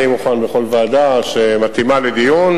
אני מוכן בכל ועדה שמתאימה לדיון.